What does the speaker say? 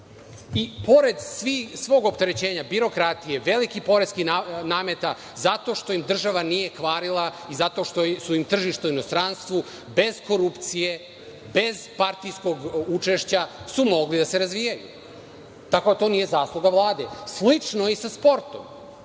i pored svog opterećenja birokratije, velikih poreskih nameta, zato što im država nije kvarila i zato što su im tržišta u inostranstvu, bez korupcije, bez partijskog učešća su mogli da se razvijaju. Tako da to nije zasluga Vlade, a slično je i sa sportom.